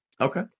Okay